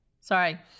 Sorry